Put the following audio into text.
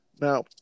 now